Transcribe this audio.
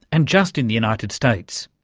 and just in the united states.